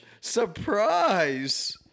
surprise